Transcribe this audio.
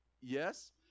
Yes